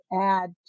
add